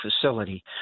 facility